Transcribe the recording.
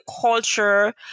culture